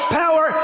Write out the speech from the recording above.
power